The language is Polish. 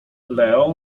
leo